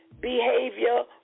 behavior